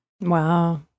Wow